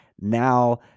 Now